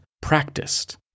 practiced